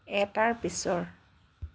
এটাৰ পিছৰ